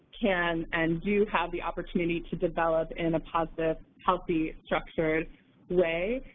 can, and do have the opportunity to develop in a positive, healthy, structured way,